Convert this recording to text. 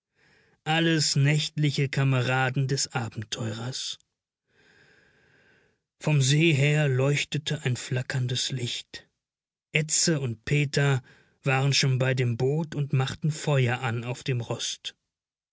alles nächtliche kameraden des abenteurers vom see her leuchtete ein flackerndes licht edse und peter waren schon bei dem boot und machten feuer an auf dem rost